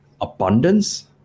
abundance